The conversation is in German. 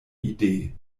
idee